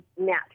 net